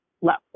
level